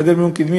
זה חדר מיון קדמי.